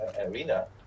arena